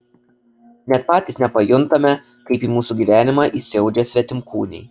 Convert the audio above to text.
net patys nepajuntame kaip į mūsų gyvenimą įsiaudžia svetimkūniai